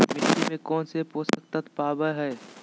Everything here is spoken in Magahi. मिट्टी में कौन से पोषक तत्व पावय हैय?